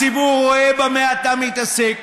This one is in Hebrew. הציבור רואה במה אתה מתעסק